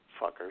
Fuckers